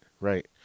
Right